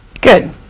Good